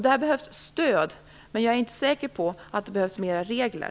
Det behövs stöd, men jag är inte säker på att det behövs fler regler.